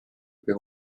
või